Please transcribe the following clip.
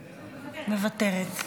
מוותרת.